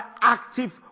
active